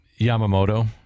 Yamamoto